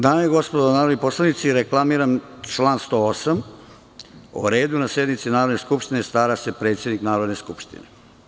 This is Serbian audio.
Dame i gospodo narodni poslanici, reklamiram član 108. - o redu na sednici Narodne skupštine stara se predsednik Narodne skupštine.